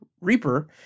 Reaper